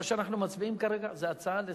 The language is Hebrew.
מה שאנחנו מצביעים כרגע זה על הצעה לסדר-היום.